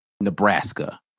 Nebraska